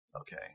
okay